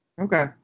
Okay